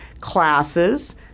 classes